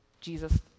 Jesus